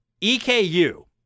EKU